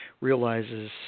realizes